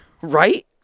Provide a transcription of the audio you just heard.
right